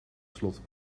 slot